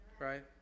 Right